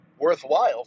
worthwhile